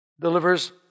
delivers